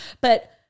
But-